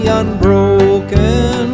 unbroken